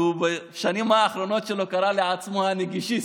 שבשנים האחרונות שלו בכנסת הוא קרא לעצמו "הנגישיסט",